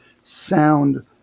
sound